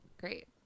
Great